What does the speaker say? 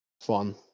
fun